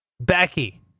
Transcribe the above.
Becky